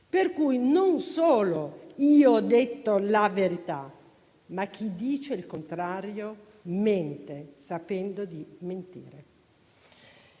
Per cui, non solo ho detto la verità, ma chi dice il contrario mente sapendo di mentire.